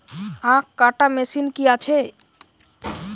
আখ কাটা মেশিন কি আছে?